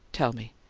tell me!